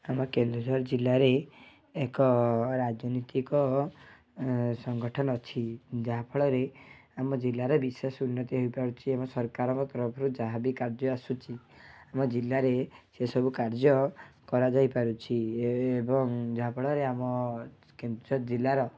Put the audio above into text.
ଆମ କେନ୍ଦୁଝର ଜିଲ୍ଲାରେ ଏକ ରାଜନୀତିକ ସଂଗଠନ ଅଛି ଯାହାଫଳରେ ଆମ ଜିଲ୍ଲାରେ ବିଶେଷ ଉନ୍ନତି ହୋଇପାରୁଛି ଆମ ସରକାରଙ୍କ ତରଫରୁ ଯାହାବି କାର୍ଯ୍ୟ ଆସୁଛି ଆମ ଜିଲ୍ଲାରେ ସେସବୁ କାର୍ଯ୍ୟ କରାଯାଇ ପାରୁଛି ଏବଂ ଯାହାଫଳରେ ଆମ କେନ୍ଦୁଝର ଜିଲ୍ଲାର